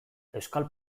euskal